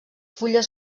fulles